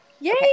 Yay